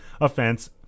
offense